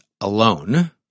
alone